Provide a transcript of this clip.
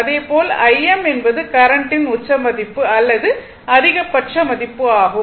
அதேபோல் Im என்பது கரண்டின் உச்ச மதிப்பு அல்லது அதிகபட்ச மதிப்பு ஆகும்